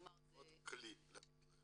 עוד כלי לתת להם.